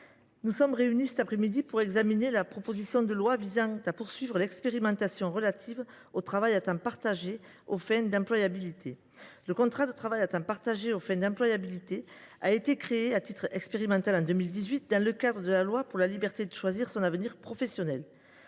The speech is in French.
nous sommes réunis cet après midi pour examiner la proposition de loi visant à poursuivre l’expérimentation relative au travail à temps partagé aux fins d’employabilité. Le contrat de travail à temps partagé aux fins d’employabilité a été créé, à titre expérimental, en 2018, dans le cadre de la loi pour la liberté de choisir son avenir professionnel.